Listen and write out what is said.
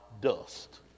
dust